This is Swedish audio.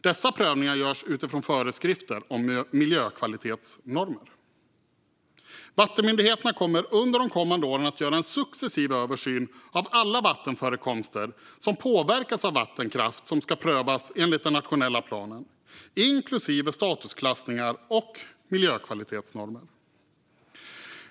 Dessa prövningar görs utifrån föreskrifter om miljökvalitetsnormer. Vattenmyndigheterna kommer under de kommande åren att göra en successiv översyn av alla vattenförekomster som påverkas av vattenkraft som ska prövas enligt den nationella planen, inklusive statusklassningar och miljökvalitetsnormer.